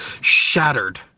shattered